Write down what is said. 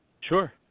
Sure